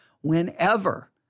Whenever